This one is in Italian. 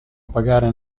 pagare